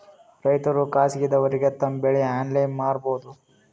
ರೈತರು ಖಾಸಗಿದವರಗೆ ತಮ್ಮ ಬೆಳಿ ಆನ್ಲೈನ್ ಮಾರಬಹುದು?